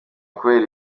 kubera